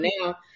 now